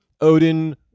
odin